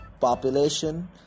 population